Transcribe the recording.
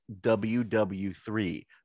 WW3